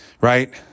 Right